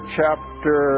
chapter